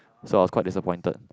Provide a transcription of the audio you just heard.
so I quite disappointed